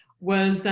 was